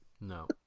No